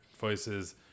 voices